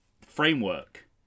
framework